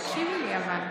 אבל תקשיבי לי.